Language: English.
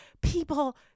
people